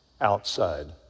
outside